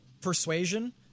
persuasion